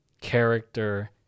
character